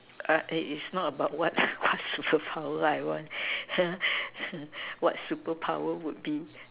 is not about what superpower I want what superpower would be